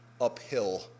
uphill